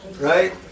Right